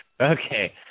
Okay